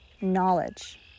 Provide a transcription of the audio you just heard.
knowledge